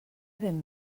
ben